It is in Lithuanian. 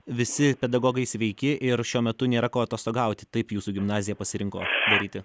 visi pedagogai sveiki ir šiuo metu nėra ko atostogauti taip jūsų gimnaziją pasirinko daryti